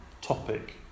topic